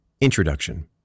Introduction